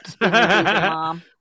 mom